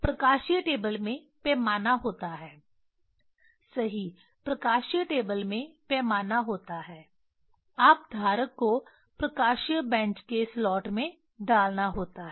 प्रकाशीय टेबल में पैमाना होता है सही प्रकाशीय टेबल में पैमाना होता है आप धारक को प्रकाशीय बेंच के स्लॉट में डालना होता है